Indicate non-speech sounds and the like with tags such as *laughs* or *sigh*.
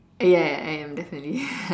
ya I am definitely *laughs*